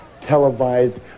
televised